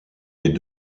est